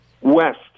West